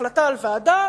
החלטה על ועדה,